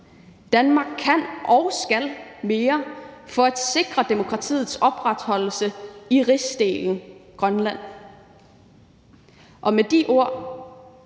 Danmark kan og skal mere – for at sikre demokratiets opretholdelse i rigsdelen Grønland. Og med de ord